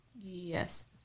Yes